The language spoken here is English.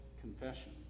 confession